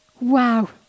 Wow